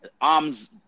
arms